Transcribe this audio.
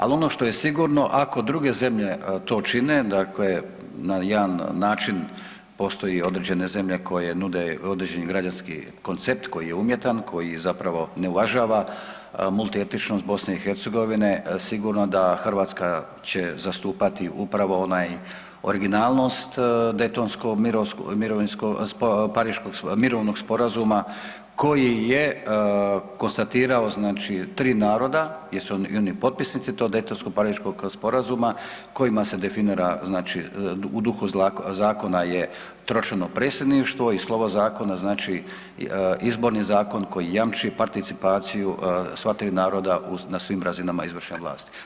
Al ono što je sigurno, ako druge zemlje to čine, dakle na jedan način, postoje određene zemlje koje nude određeni građanski koncept koji je umjetan, koji zapravo ne uvažava multietičnost BiH, sigurno da Hrvatska će zastupati upravo onaj originalnost Daytonskog mirovinsko, Pariškog, mirovnog sporazuma koji je konstatirao znači 3 naroda jer su i oni potpisnici tog Daytonskog Pariškog sporazuma kojima se definira, znači u duhu zakona je tročlano predsjedništvo i slovo zakona znači Izborni zakon koji jamči participaciju sva 3 naroda na svim razinama izvršne vlasti.